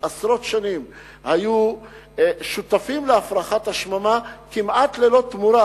עשרות שנים היו שותפים להפרחת השממה כמעט ללא תמורה,